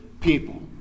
people